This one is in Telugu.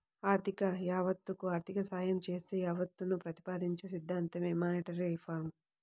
ఆర్థిక యావత్తకు ఆర్థిక సాయం చేసే యావత్తును ప్రతిపాదించే సిద్ధాంతమే మానిటరీ రిఫార్మ్